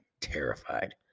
terrified